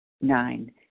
Nine